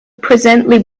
presently